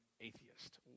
atheist